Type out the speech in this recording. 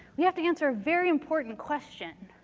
we have to answer a very important question.